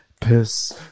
piss